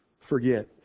forget